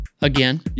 again